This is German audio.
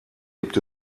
gibt